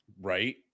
right